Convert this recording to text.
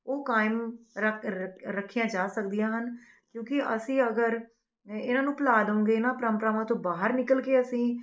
ਉਹ ਕਾਇਮ ਰੱਖ ਰੱਖ ਰੱਖੀਆਂ ਜਾ ਸਕਦੀਆਂ ਹਨ ਕਿਉਂਕਿ ਅਸੀਂ ਅਗਰ ਇਹਨਾਂ ਨੂੰ ਭੁਲਾ ਦਊਗੇ ਇਨ੍ਹਾਂ ਪਰੰਪਰਾਵਾਂ ਤੋਂ ਬਾਹਰ ਨਿਕਲ ਕੇ ਅਸੀਂ